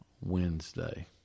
Wednesday